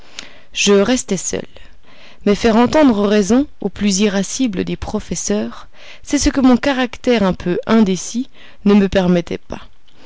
je restai seul mais de faire entendre raison au plus irascible des professeurs c'est ce que mon caractère un peu indécis ne me permettait pas